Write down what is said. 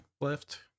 left